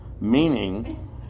meaning